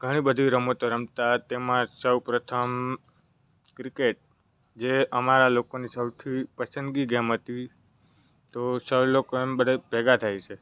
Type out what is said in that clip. ઘણી બધી રમતો રમતા તેમાં સૌ પ્રથમ ક્રિકેટ જે અમારા લોકોની સૌથી પસંદગી ગેમ હતી તો સૌ લોકો એમ બધાય ભેગા થાય છે